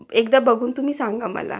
एकदा बघून तुम्ही सांगा मला